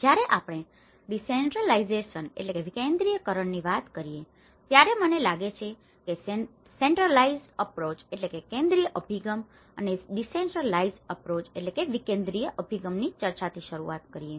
જ્યારે આપણે decentralization decentralization વિકેન્દ્રિયકરણ ની વાત કરીએ છીએ ત્યારે મને લાગે છે કે સેન્ટ્રલાઇઝેડ્ અપ્રોચ centralized approach કેન્દ્રિત અભિગમ અને ડીસેન્ટ્રલાઇઝેડ્ અપ્રોચ decentralized approach વિકેન્દ્રિત અભિગમ ની ચર્ચાથી શરૂ કરીએ